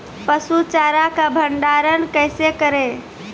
पसु चारा का भंडारण कैसे करें?